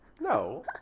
no